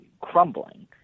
crumbling